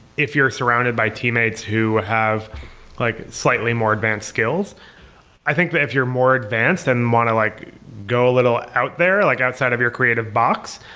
if you're surrounded by teammates who have like slightly more advanced skills i think that if you're more advanced and want to like go a little out there, like outside of your creative box,